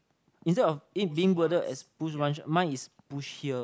instead of it being worded as push mine is push here